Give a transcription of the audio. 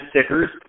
stickers